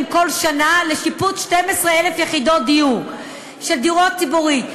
כל שנה לשיפוץ 12,000 יחידות דיור של דירות ציבורי.